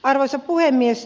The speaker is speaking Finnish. arvoisa puhemies